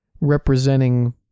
representing